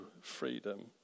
freedom